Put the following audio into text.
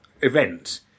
event